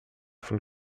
von